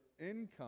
income